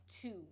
two